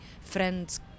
friends